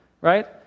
Right